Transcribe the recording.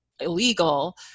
illegal